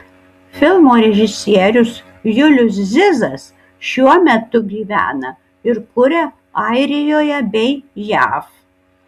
filmo režisierius julius zizas šiuo metu gyvena ir kuria airijoje bei jav